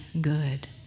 good